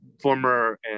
former